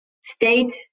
state